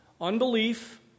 Unbelief